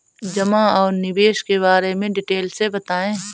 जमा और निवेश के बारे में डिटेल से बताएँ?